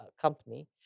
company